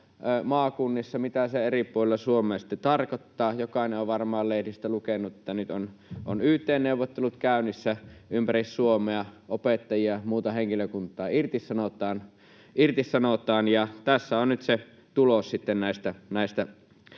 maakunnissa eri puolilla Suomea tarkoittaa? Jokainen on varmaan lehdistä lukenut, että nyt on yt-neuvottelut käynnissä ympäri Suomea: opettajia ja muuta henkilökuntaa irtisanotaan. Tässä on nyt sitten se tulos näistä